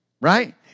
Right